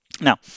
Now